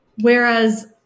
Whereas